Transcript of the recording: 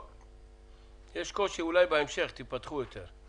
יש קושי, אולי בהמשך תיפתחו יותר.